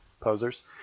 posers